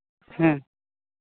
ᱦᱮᱸ